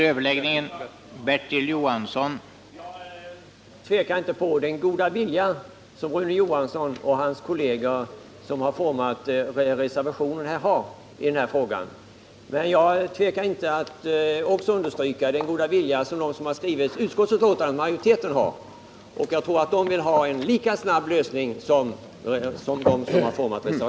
Herr talman! Jag tvivlar inte på den goda viljan i denna fråga hos Rune Johansson i Ljungby och hans kolleger som har utformat reservationen. Men jag tvekar inte att också understryka den goda viljan hos företrädarna för utskottsmajoriteten. Jag tror att de vill ha en lika snabb lösning som reservanterna.